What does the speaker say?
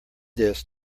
this